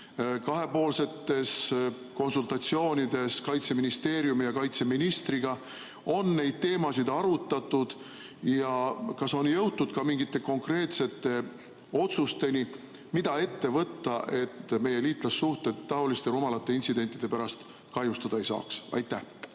kahepoolsetes konsultatsioonides Kaitseministeeriumi ja kaitseministriga on neid teemasid arutatud? Kas on jõutud ka mingitele konkreetsetele otsustele, mida ette võtta, et meie liitlassuhted taoliste rumalate intsidentide pärast kahjustada ei saaks? Aitäh,